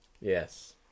Yes